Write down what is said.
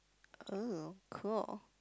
oh cool